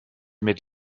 mit